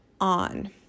on